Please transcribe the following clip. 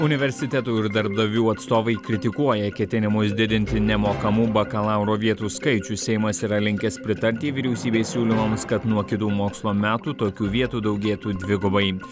universitetų ir darbdavių atstovai kritikuoja ketinimus didinti nemokamų bakalauro vietų skaičių seimas yra linkęs pritarti vyriausybės siūlymams kad nuo kitų mokslo metų tokių vietų daugėtų dvigubai